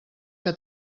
que